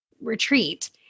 retreat